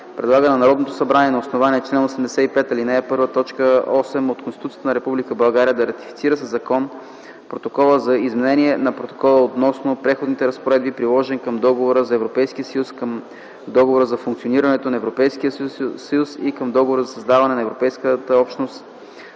предлага на Народното събрание на основание чл. 85, ал. 1, т. 8 от Конституцията на Република България да ратифицира със закон Протокола за изменение на Протокола относно Преходните разпоредби, приложен към Договора за Европейския съюз, към Договора за функционирането на Европейския съюз и към Договора за създаване на Европейска общност